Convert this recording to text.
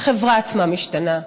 החברה עצמה משתנה,